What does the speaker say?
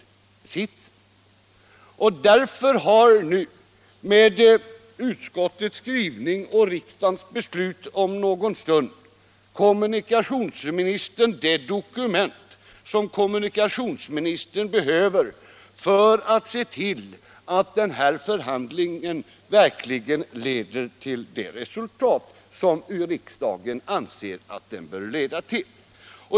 Därför får kommunikationsministern genom utskottets skrivning och riksdagens beslut om någon stund det dokument han behöver för att se till att förhandlingen verkligen leder till de resultat 24 som riksdagen anser att den bör leda till.